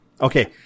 Okay